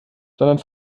sondern